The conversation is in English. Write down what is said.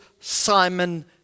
Simon